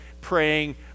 praying